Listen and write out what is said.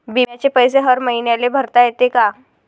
बिम्याचे पैसे हर मईन्याले भरता येते का?